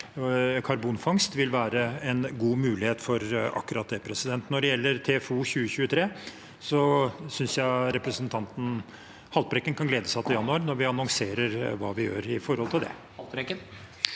karbonfangst, vil være en god mulighet for akkurat det. Når det gjelder TFO 2023, synes jeg representanten Haltbrekken kan glede seg til januar når vi annonserer hva vi gjør med hensyn til det.